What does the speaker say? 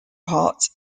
parts